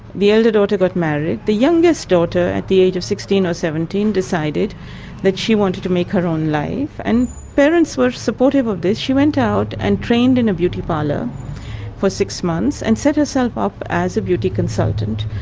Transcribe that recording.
the elder daughter got married, the youngest daughter, at the age of sixteen or seventeen, decided that she wanted to make her own life and her parents were supportive of this. she went out and trained in a beauty parlour for six months, and set herself up as a beauty consultant,